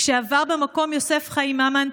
כשעבר במקום יוסף חיים ממן,